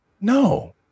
no